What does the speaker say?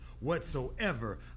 whatsoever